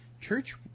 Church